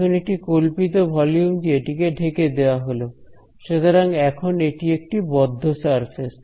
এখন একটি কল্পিত ভলিউম দিয়ে এটিকে ঢেকে দেয়া হল সুতরাং এখন এটি একটি বদ্ধ সারফেস